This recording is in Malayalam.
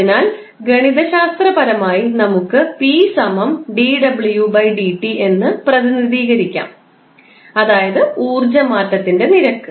അതിനാൽ ഗണിതശാസ്ത്രപരമായി നമുക്ക് 𝑝 ≜𝑑𝑤𝑑𝑡 എന്ന് പ്രതിനിധീകരിക്കാം അതായത് ഊർജ്ജ മാറ്റത്തിന്റെ നിരക്ക്